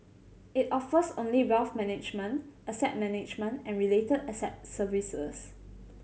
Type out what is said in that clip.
it offers only wealth management asset management and related asset services